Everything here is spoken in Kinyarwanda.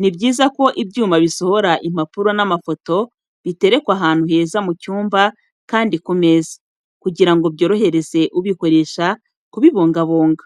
Ni byiza ko ibyuma bisohora impapuro n'amafoto biterekwa ahantu heza mu cyumba kandi ku meza, kugira ngo byorohereze ubikoresha kubibungabunga.